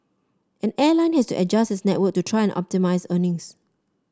an airline has to adjust its network to try and optimise earnings